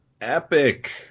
epic